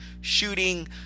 shooting